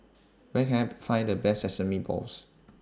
Where Can I Find The Best Sesame Balls